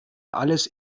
alles